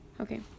Okay